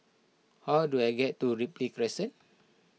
how do I get to Ripley Crescent